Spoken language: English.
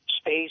space